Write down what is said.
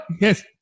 Yes